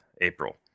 April